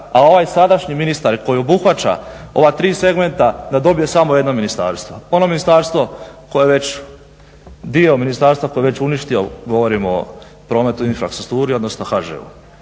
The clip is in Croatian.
a ovaj sadašnji ministar koji obuhvaća ova tri segmenta da dobije samo jedno ministarstvo, ono ministarstvo koje već dio ministarstva koji je već uništio govorim o prometu i infrastrukturi, odnosno HŽ-u.